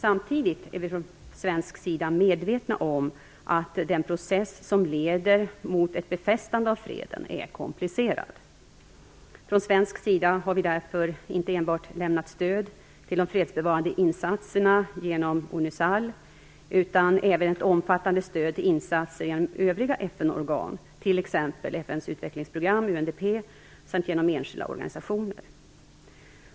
Samtidigt är vi från svensk sida medvetna om att den process som leder mot ett befästande av freden är komplicerad. Från svensk sida har vi därför inte enbart lämnat stöd till de fredsbevarande insatserna genom Onusal utan även ett omfattande stöd till insatser genom övriga FN-organ, t.ex. FN:s utvecklingsprogram UNDP samt genom enskilda organisationer.